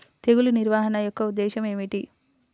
తెగులు నిర్వహణ యొక్క ఉద్దేశం ఏమిటి?